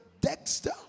Dexter